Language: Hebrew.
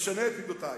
אשנה את מידותי.